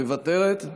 מוותרת,